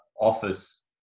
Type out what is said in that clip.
office